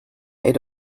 eight